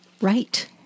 Right